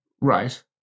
Right